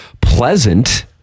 pleasant